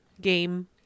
game